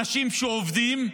אנשים שעובדים,